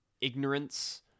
ignorance